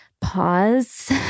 pause